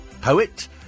poet